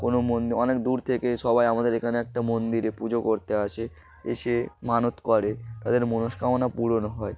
কোনো মন্দির অনেক দূর থেকে সবাই আমাদের এখানে একটা মন্দিরে পুজো করতে আসে এসে মানত করে তাদের মনস্কামনা পূরণ হয়